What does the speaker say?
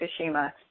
Fukushima